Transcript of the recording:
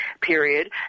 period